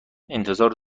انتظار